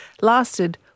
lasted